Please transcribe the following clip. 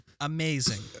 amazing